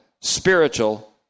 spiritual